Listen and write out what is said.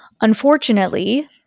Unfortunately